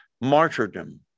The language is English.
martyrdom